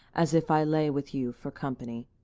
as if i lay with you for company.